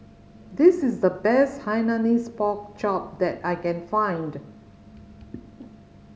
this is the best Hainanese Pork Chop that I can find